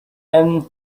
and